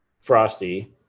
frosty